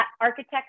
architects